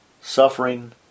Suffering